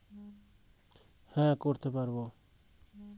আমার ডেবিট কার্ডের pin number ভুলে গেছি আমি নূতন পিন নম্বর রিসেট করতে পারবো কি?